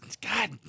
God